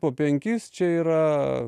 po penkis čia yra